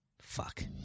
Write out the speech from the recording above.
Fuck